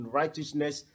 righteousness